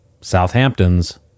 Southampton's